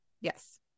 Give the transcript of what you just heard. yes